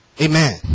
Amen